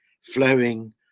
flowing